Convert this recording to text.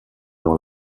dans